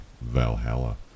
Valhalla